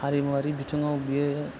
हारिमुवारि बिथिङाव बियो